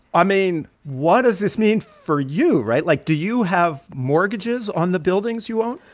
i mean, what does this mean for you, right? like, do you have mortgages on the buildings you own?